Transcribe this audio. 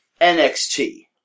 NXT